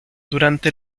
durante